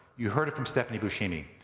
you heard it from stephanie buscemi.